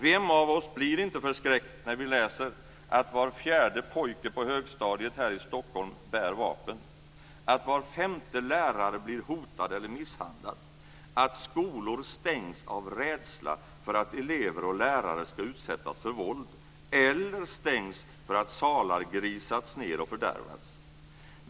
Vem av oss blir inte förskräckt när vi läser att var fjärde pojke på högstadiet här i Stockholm bär vapen, att var femte lärare blir hotad eller misshandlad, att skolor stängs av rädsla för att elever och lärare ska utsättas för våld eller stängs för att salar grisats ned och fördärvats?